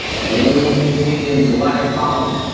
only seeing black polymer,